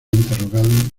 interrogado